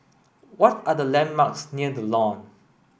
what are the landmarks near The Lawn